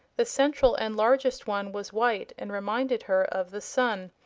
the central and largest one was white, and reminded her of the sun.